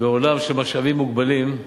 בעולם של משאבים מוגבלים,